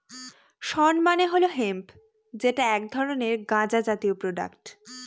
শণ মানে হল হেম্প যেটা এক ধরনের গাঁজা জাতীয় প্রোডাক্ট